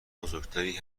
بزرگتری